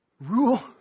rule